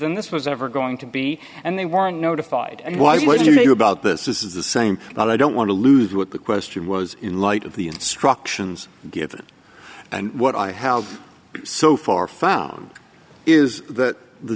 than this was ever going to be and they weren't notified and why would you about this is the same but i don't want to lose what the question was in light of the instructions given and what i have so far found is that the